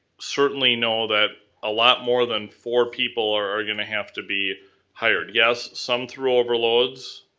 certainly know that a lot more than four people are are going to have to be hired. yes, some through overloads,